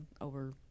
over